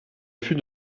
fut